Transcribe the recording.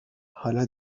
حالا